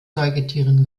säugetieren